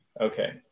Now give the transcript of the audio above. Okay